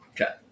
Okay